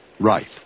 Right